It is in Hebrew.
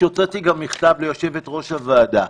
הוצאתי גם מכתב ליושבת ראש הוועדה,